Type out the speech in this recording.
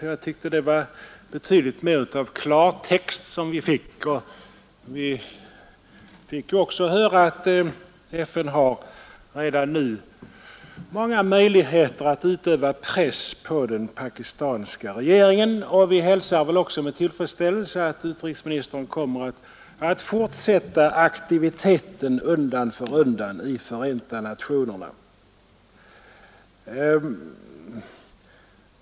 Det innehöll betydligt mer av klartext, och vi fick också höra att FN redan nu har många möjligheter att utöva press på den pakistanska regeringen, Vi hälsar också med tillfredsställelse att utrikesministern kommer att fortsätta aktiviteten i Förenta nationerna.